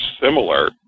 similar